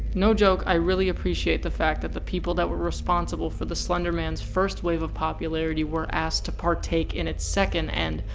no joke, i really appreciate the fact that the people that were responsible for the slender man's first wave of popularity were asked to partake in its second and,